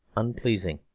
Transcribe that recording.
unpleasing.